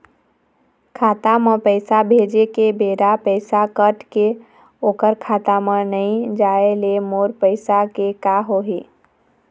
खाता म पैसा भेजे के बेरा पैसा कट के ओकर खाता म नई जाय ले मोर पैसा के का होही?